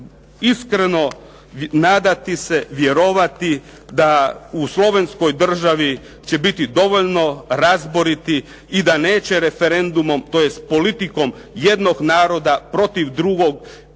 iskreno nadati se, vjerovati da u Slovenskoj državi će biti dovoljno razboriti i da neće referendumom tj. politikom jednog naroda protiv drugog